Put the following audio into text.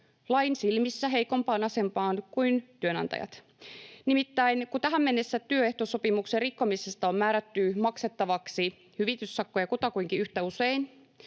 lain silmissä heikompaan asemaan kuin työnantajat. Nimittäin kun tähän mennessä työehtosopimuksen rikkomisesta on määrätty maksettavaksi hyvityssakkoja kutakuinkin yhtä usein